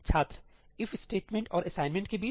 छात्रईफ और असाइनमेंट के बीच